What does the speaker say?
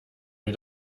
mir